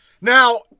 Now